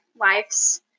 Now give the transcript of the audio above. life's